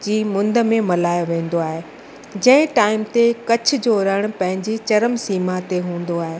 जी मुंद में मल्हायो वेंदो आहे जंहिं टाईम ते कच्छ जो रण पंहिंजे चरम सीमा ते हूंदो आहे